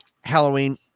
halloween